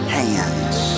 hands